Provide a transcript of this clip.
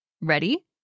Ready